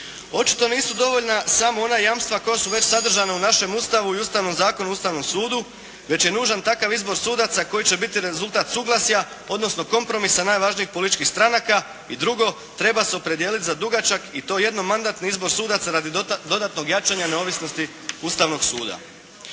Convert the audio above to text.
Očito nisu dovoljna samo ona jamstva koja su već sadržana u našem Ustavu i u Ustavnom zakonu o Ustavnom sudu, već je nužan takav izbor sudaca koji će biti rezultat suglasja, odnosno kompromisa najvažnijih političkih stranaka. I drugo treba se opredijeliti za dugačak i to jednomandatni izbor sudaca radi dodatnog jačanja neovisnosti Ustavnog suda.